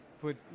put